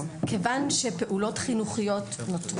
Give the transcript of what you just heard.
כיוון שפעולות חינוכיות נותרו,